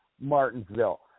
Martinsville